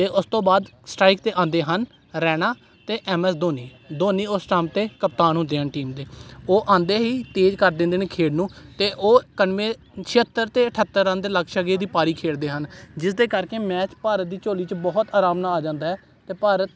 ਅਤੇ ਉਸ ਤੋਂ ਬਾਅਦ ਸਟਰਾਈਕ 'ਤੇ ਆਉਂਦੇ ਹਨ ਰੈਨਾ ਅਤੇ ਐਮ ਐਸ ਧੋਨੀ ਧੋਨੀ ਉਸ ਟਾਈਮ 'ਤੇ ਕਪਤਾਨ ਹੁੰਦੇ ਹਨ ਟੀਮ ਦੇ ਉਹ ਆਉਂਦੇ ਹੀ ਤੇਜ਼ ਕਰ ਦਿੰਦੇ ਨੇ ਖੇਡ ਨੂੰ ਅਤੇ ਉਹ ਇਕਾਨਵੇਂ ਛਿਹੱਤਰ ਅਤੇ ਅਠੱਤਰ ਰਨ ਦੇ ਲਕਸ਼ ਇਹਦੀ ਪਾਰੀ ਖੇਡਦੇ ਹਨ ਜਿਸਦੇ ਕਰਕੇ ਮੈਚ ਭਾਰਤ ਦੀ ਝੋਲੀ 'ਚ ਬਹੁਤ ਆਰਾਮ ਨਾਲ ਆ ਜਾਂਦਾ ਅਤੇ ਭਾਰਤ